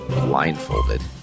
Blindfolded